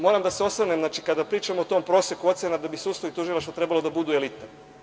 Moram da se osvrnem, kada pričamo o tom proseku ocena da bi sudstvo i tužilaštvo trebalo da budu elite.